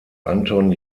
anton